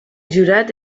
jurat